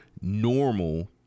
normal